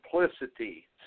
simplicity